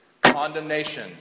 Condemnation